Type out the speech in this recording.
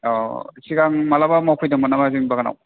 अह सिगां मालाबा मावफैदोंमोन नामा जोंनि बागानाव